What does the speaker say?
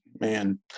man